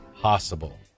possible